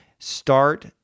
start